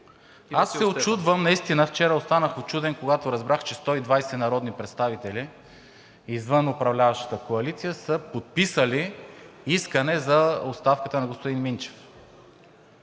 влезе малко по същество. Вчера останах учуден, когато разбрах, че 120 народни представители извън управляващата коалиция са подписали искане за оставката на господин Минчев,